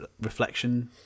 reflection